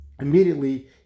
immediately